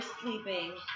sleeping